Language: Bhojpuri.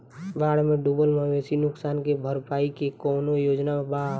बाढ़ में डुबल मवेशी नुकसान के भरपाई के कौनो योजना वा?